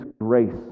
grace